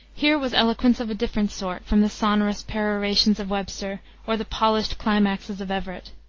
here was eloquence of a different sort from the sonorous perorations of webster or the polished climaxes of everett.